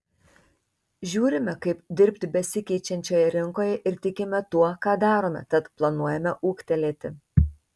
žiūrime kaip dirbti besikeičiančioje rinkoje ir tikime tuo ką darome tad planuojame ūgtelėti